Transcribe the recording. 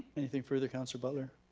anything further councilor butler?